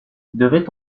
devait